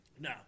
No